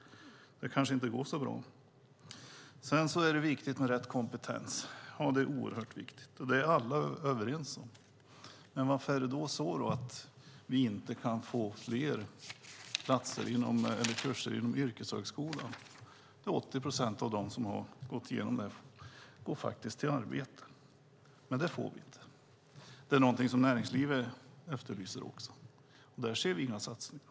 Det kanske inte går så bra. Sedan är det oerhört viktigt med rätt kompetens. Det är alla överens om. Men varför kan vi inte få fler kurser inom yrkeshögskolan, där 80 procent av dem som har gått igenom den faktiskt har fått arbete? Det får vi inte, och det är någonting som också näringslivet efterlyser. Men där ser vi inga satsningar.